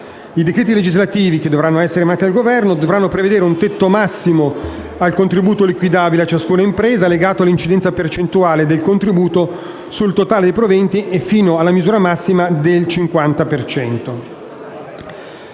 I decreti legislativi che dovranno essere emanati dal Governo dovranno prevedere un tetto massimo al contributo liquidabile a ciascuna impresa, legato all'incidenza percentuale del contribuito sul totale dei proventi e fino alla misura massima del 50